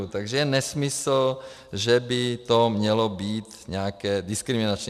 Takže je nesmysl, že by to mělo být nějaké diskriminační.